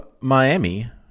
Miami